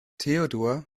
theodor